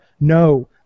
No